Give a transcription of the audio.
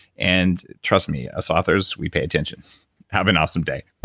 and trust me, us authors, we pay attention have an awesome day